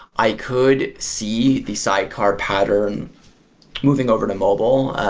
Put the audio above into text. i could see the sidecar pattern moving over to mobile.